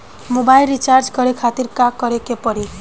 Mobile recharge करे खातिर का करे के पड़ी?